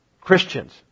Christians